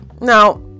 Now